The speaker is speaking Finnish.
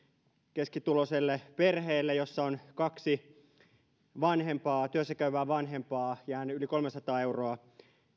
keskituloiselle perheelle jossa on kaksi työssäkäyvää vanhempaa jää yli kolmesataa euroa